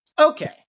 Okay